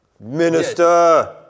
Minister